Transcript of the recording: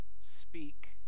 speak